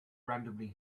randomly